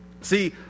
See